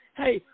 hey